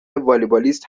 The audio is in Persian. والیبالیست